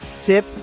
tip